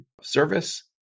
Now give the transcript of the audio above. service